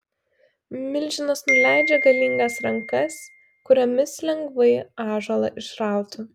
milžinas nuleidžia galingas rankas kuriomis lengvai ąžuolą išrautų